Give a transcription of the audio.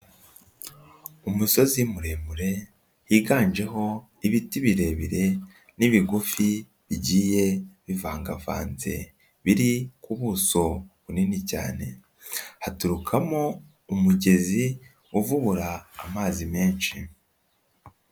Umusozi muremure higanjeho ibiti birebire ,n'ibigufi bigiye bivangavanze, biri ku buso bunini cyane .Haturukamo umugezi uvubura amazi menshi.